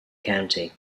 county